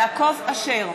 (קוראת בשמות חברי הכנסת) יעקב אשר,